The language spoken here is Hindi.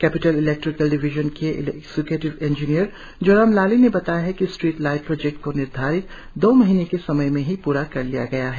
कैपिटल इलेक्ट्रिक डिविजन के एक्जीक्यूटिव इंजीनियर जोरम लाली ने बताया कि स्ट्रीट लाइट प्रोजेक्ट को निर्धारित दो महीने की समय में ही प्रा कर लिया गया है